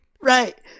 Right